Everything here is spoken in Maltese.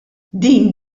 din